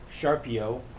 Sharpio